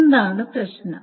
എന്താണ് പ്രശ്നം